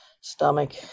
stomach